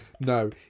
No